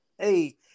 Hey